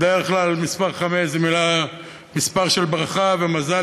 בדרך כלל מספר חמש זה מספר של ברכה ומזל,